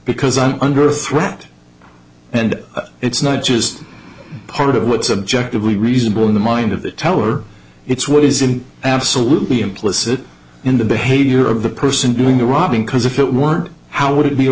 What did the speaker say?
because i'm under threat and it's not just part of what subjectively reasonable in the mind of the teller it's what isn't absolutely implicit in the behavior of the person doing the robbing cause if it were how would it be a